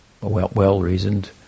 well-reasoned